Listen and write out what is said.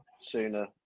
sooner